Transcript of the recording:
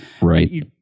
Right